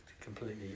Completely